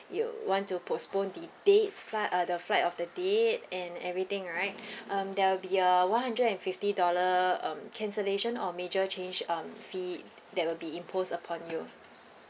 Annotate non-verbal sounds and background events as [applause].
you want to postpone dates fli~ uh the flight of the date and everything right [breath] um there will be a one hundred and fifty dollar um cancellation or major change um fee that will be imposed upon you